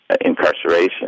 incarceration